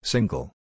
Single